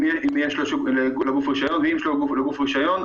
אם יש לגוף רישיון,